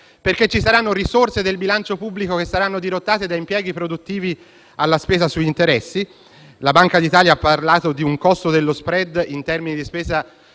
trovare i soldi. Risorse del bilancio pubblico saranno dirottate da impieghi produttivi alla spesa sugli interessi. La Banca d'Italia ha parlato di un costo dello *spread*, in termini di spesa